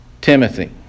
Timothy